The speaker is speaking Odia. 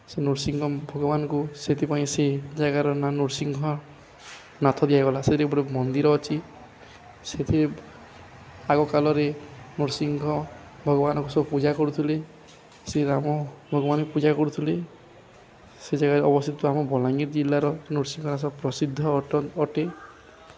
ସେ ନରସିଂହ ଭଗବାନଙ୍କୁ ସେଥିପାଇଁ ସେ ଜାଗାର ନାଁ ନରସିଂହନାଥ ଦିଆଗଲା ସେଇଠି ଗୋଟେ ମନ୍ଦିର ଅଛି ସେଥିରେ ଆଗ କାଳରେ ନରସିଂହ ଭଗବାନଙ୍କୁ ସବୁ ପୂଜା କରୁଥିଲେ ସେ ରାମ ଭଗବାନଙ୍କୁ ପୂଜା କରୁଥିଲେ ସେ ଜାଗାରେ ଅବସ୍ଥିତ ଆମ ବଲାଙ୍ଗୀର ଜିଲ୍ଲାର ନୃସିଂହନାଥ ସବୁ ପ୍ରସିଦ୍ଧ ଅଟ ଅଟେ